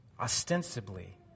Ostensibly